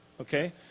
Okay